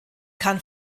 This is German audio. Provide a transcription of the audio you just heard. kann